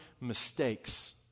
mistakes